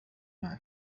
معي